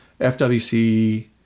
FWC